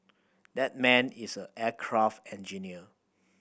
that man is aircraft engineer